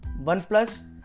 Oneplus